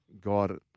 God